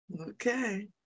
Okay